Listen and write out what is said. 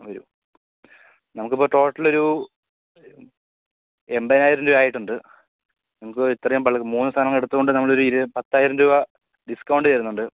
വരൂ നമുക്കിപ്പോൾ ടോട്ടലൊരു എമ്പതിനായിരം രൂപ ആയിട്ടൊണ്ട് നമുക്ക് ഇത്രയും ബൾ മൂന്ന് സാനങ്ങളെടുത്തോണ്ട് നമ്മളൊരി പത്തായിരം രൂപ ഡിസ്കൗണ്ട് തരുന്നുണ്ട്